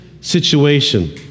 situation